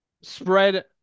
spread